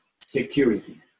security